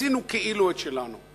עשינו כאילו את שלנו.